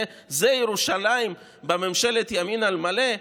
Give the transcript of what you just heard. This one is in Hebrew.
זו ירושלים בממשלת ימין על מלא?